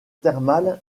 thermale